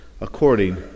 according